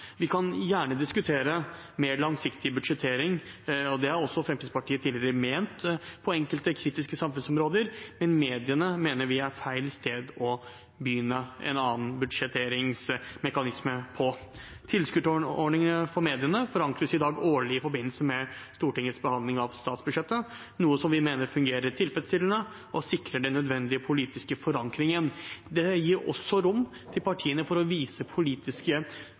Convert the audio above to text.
Vi kan gjerne diskutere mer langsiktig budsjettering, og det har også Fremskrittspartiet tidligere ment på enkelte kritiske samfunnsområder, men mediene mener vi er feil sted å begynne en annen budsjetteringsmekanisme på. Tilskuddsordningen for mediene forankres i dag årlig i forbindelse med Stortingets behandling av statsbudsjettet, noe vi mener fungerer tilfredsstillende og sikrer den nødvendige politiske forankringen. Det gir også rom for partiene til å vise politiske